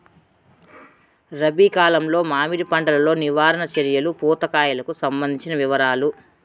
రబి కాలంలో మామిడి పంట లో నివారణ చర్యలు పూత కాయలకు సంబంధించిన వివరాలు?